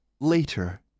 later